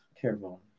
Careful